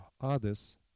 others